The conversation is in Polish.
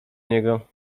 niego